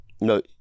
No